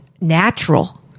natural